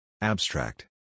Abstract